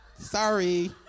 Sorry